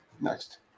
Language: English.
Next